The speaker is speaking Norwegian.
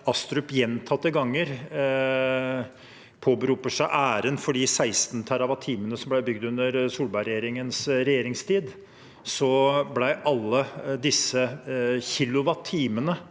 Astrup gjentatte ganger påberoper seg æren for de seksten terrawattimene som ble bygd under Solberg-regjeringens regjeringstid, ble alle disse kilowattimene